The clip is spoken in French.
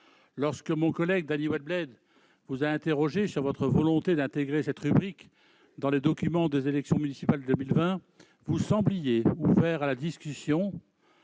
Lorsque mon collègue Dany Wattebled vous a interrogé sur votre volonté d'intégrer cette rubrique dans les documents des élections municipales de 2020, vous sembliez ouvert à la discussion-